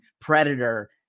Predator